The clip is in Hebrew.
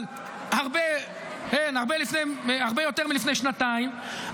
אבל הרבה יותר מלפני שנתיים,